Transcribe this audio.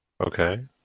Okay